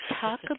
Talk